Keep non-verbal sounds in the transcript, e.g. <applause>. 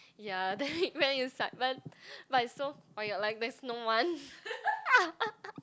ya then when you but it's so or you're like there's no one <laughs>